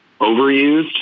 overused